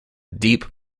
deep